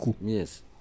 Yes